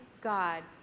God